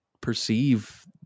perceive